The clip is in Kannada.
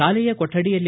ಶಾಲೆಯ ಕೊಠಡಿಯಲ್ಲಿ